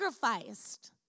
sacrificed